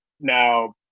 Now